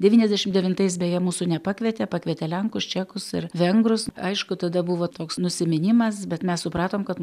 devyniasdešim devintais beje mūsų nepakvietė pakvietė lenkus čekus ir vengrus aišku tada buvo toks nusiminimas bet mes supratom kad